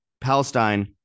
palestine